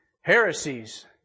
heresies